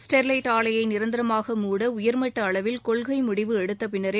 Sterlite ஆலையை நிரந்தரமாக மூட உயர்மட்ட அளவில் கொள்கை முடிவு எடுத்த பின்னரே